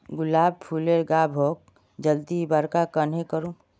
गुलाब फूलेर गाछोक जल्दी बड़का कन्हे करूम?